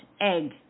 egg